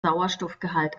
sauerstoffgehalt